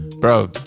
Bro